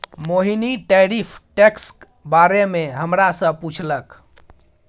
मोहिनी tariff टैक्सक बारे मे हमरा सँ पुछलक